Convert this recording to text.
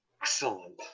Excellent